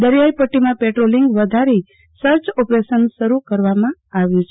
દરિયાઈ પટીમાં પેટ્રોલીંગ વધારી સર્ચ ઓપરશન શરૂ કરાવામાં આવ્યું છે